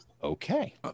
Okay